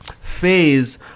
phase